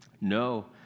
No